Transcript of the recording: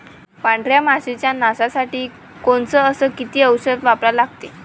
पांढऱ्या माशी च्या नाशा साठी कोनचं अस किती औषध वापरा लागते?